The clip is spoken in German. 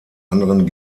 anderen